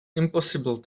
impossible